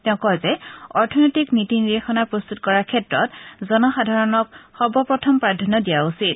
তেওঁ কয় যে অৰ্থনৈতিক নীতি নিৰ্দেশনা প্ৰস্তুত কৰাৰ ক্ষেত্ৰত জনসাধাৰণক সৰ্বপ্ৰথম প্ৰাধান্য দিয়া উচিত